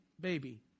baby